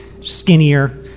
skinnier